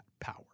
power